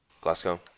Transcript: Glasgow